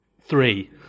Three